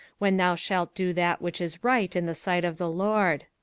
when thou shalt do that which is right in the sight of the lord.